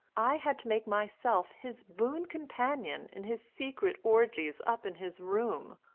i had to make myself his boon companion in his secret orgies up in his room.